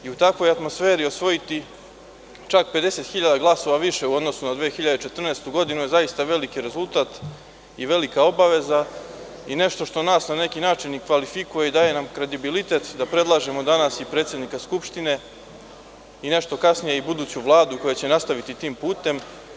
U takvoj atmosferi osvojiti čak 50.000 glasova više u odnosu na 2014. godinu je zaista veliki rezultat i velika obaveza i nešto što nas na neki način kvalifikuje i daje nam kredibilitet da predlažemo danas i predsednika Skupština, nešto kasnije i buduću vladu koja će nastaviti tim putem.